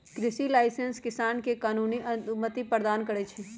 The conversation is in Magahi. कृषि लाइसेंस किसान के कानूनी अनुमति प्रदान करै छै